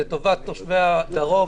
לטובת תושבי הדרום,